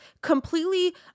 completely